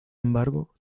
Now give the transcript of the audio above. embargo